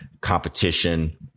competition